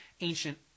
ancient